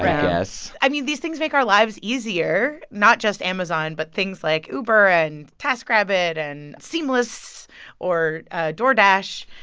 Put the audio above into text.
i guess i mean, these things make our lives easier, not just amazon, but things like uber and taskrabbit and seamless or doordash.